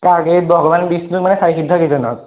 কাক এই ভগৱান বিষ্ণুক মানে চাৰি সিদ্ধ কেইজনক